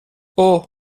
اوه